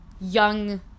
young